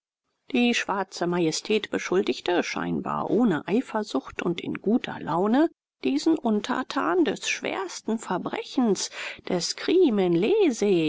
die schwarze majestät beschuldigte scheinbar ohne eifersucht und in guter laune diesen untertan des schwersten verbrechens des crimen